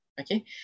okay